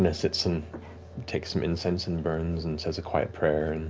and sits and takes some incense and burns and says a quiet prayer. and